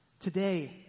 Today